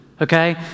okay